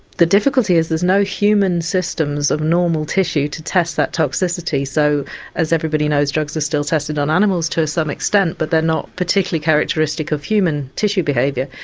the difficulty is there's no human systems of normal tissue to test that toxicity so as everybody knows drugs are still tested on animals to a certain extent but they're not particularly characteristic of human tissue behaviour.